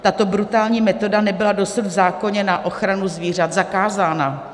Tato brutální metoda nebyla dosud v zákoně na ochranu zvířat zakázána.